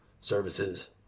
services